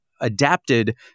adapted